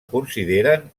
consideren